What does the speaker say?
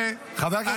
חבר הכנסת אלמוג.